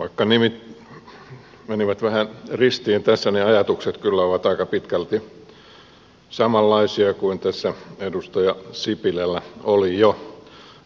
vaikka nimet menivät vähän ristiin tässä niin ajatukset kyllä ovat aika pitkälti samanlaisia kuin mitä tässä jo edustaja sipilällä oli